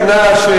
קיימת סכנה, אתה